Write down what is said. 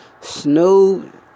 Snoop